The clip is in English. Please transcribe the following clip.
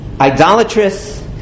idolatrous